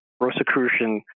Rosicrucian